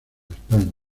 españa